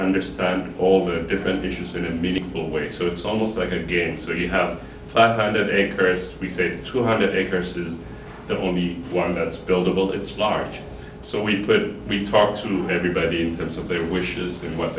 understand all the different issues through meaningful way so it's almost like a game so you have five hundred acres we say two hundred acres is the only one that's buildable it's large so we we talked to everybody in terms of their wish list and what